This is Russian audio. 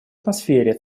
атмосфере